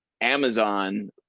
Amazon